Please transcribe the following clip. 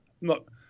look